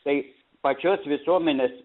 tai pačios visuomenės